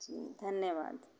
जी धन्यवाद